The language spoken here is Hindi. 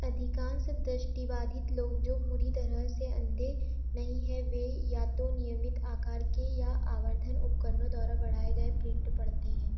अधिकांश दृष्टिबाधित लोग जो पूरी तरह से अंधे नहीं हैं वे या तो नियमित आकार के या आवर्धन उपकरणों द्वारा बढ़ाए गए प्रिंट पढ़ते हैं